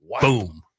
Boom